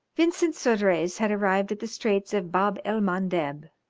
vincent sodrez had arrived at the straits of bab-el-mandeb,